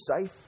safe